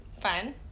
fun